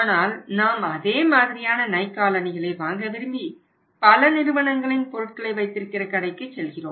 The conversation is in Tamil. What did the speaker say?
ஆனால் நாம் அதே மாதிரியான நைக் காலணிகளை வாங்க விரும்பி பல நிறுவனங்களின் பொருட்களை வைத்திருக்கிற கடைக்கு செல்கிறோம்